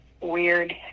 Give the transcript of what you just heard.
weird